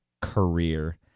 career